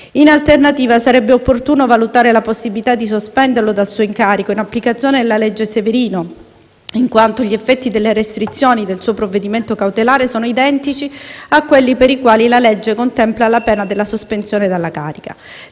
In alternativa, sarebbe opportuno valutare la possibilità di sospenderlo dal suo incarico in applicazione della legge Severino, in quanto gli effetti delle restrizioni del suo provvedimento cautelare sono identici a quelli per i quali la legge contempla la pena della sospensione dalla carica.